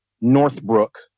Northbrook